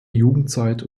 jugendzeit